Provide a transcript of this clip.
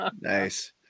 Nice